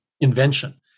invention